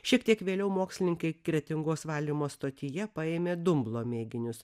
šiek tiek vėliau mokslininkai kretingos valymo stotyje paėmė dumblo mėginius